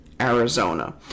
Arizona